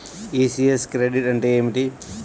ECS credit అంటే ఏమిటి?